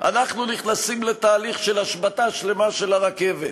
אנחנו נכנסים לתהליך של השבתה שלמה של הרכבת